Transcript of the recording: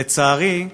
לצערי,